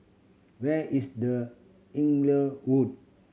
where is The Inglewood